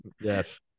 Yes